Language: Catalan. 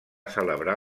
celebrar